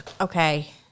Okay